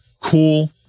cool